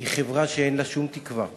היא חברה שאין לה שום תקווה